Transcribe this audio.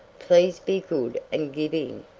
please be good and give in.